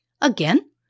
Again